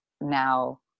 now